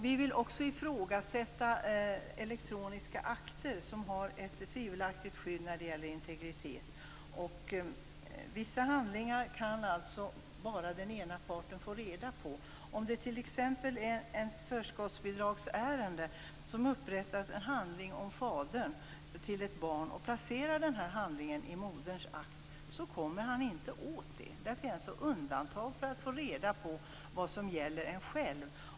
Vi vill också ifrågasätta elektroniska akter som har ett tvivelaktigt integritetsskydd. Vissa handlingar kan bara den ena parten ta del av. Om det är fråga om t.ex. ett bidragsförskottsärende och en handling har upprättats om fadern till ett barn och man placerar denna handling i moderns akt kommer han inte åt den. Där finns det alltså undantag som gör att han inte får reda på vad som gäller honom själv.